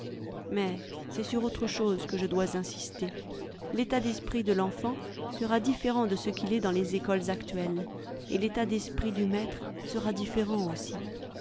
mais c'est sur autre chose que je dois insister l'état d'esprit de l'enfant sera différent de ce qu'il est dans les écoles actuelles et l'état d'esprit du maître sera différent aussi